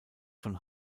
von